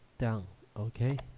done okay?